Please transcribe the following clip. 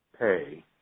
pay